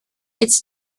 its